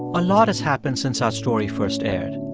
a lot has happened since our story first aired.